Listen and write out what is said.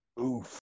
Oof